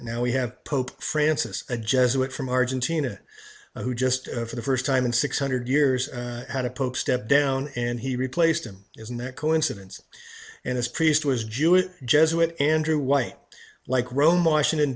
and now we have pope francis a jesuit from argentina who just for the first time in six hundred years had a pope stepped down and he replaced him isn't that coincidence and this priest was jewish jesuit andrew white like rome washington